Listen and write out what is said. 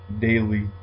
daily